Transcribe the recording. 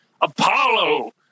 Apollo